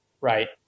Right